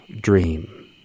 dream